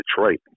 Detroit